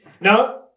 no